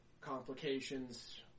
complications